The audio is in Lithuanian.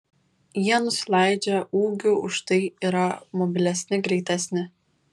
jie nusileidžia ūgiu užtai yra mobilesni greitesni